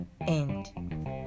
end